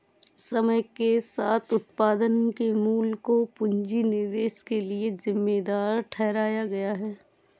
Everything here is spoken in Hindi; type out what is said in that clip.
समय के साथ उत्पादन के मूल्य को पूंजी निवेश के लिए जिम्मेदार ठहराया गया